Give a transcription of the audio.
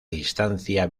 distancia